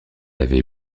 avait